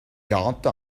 quarante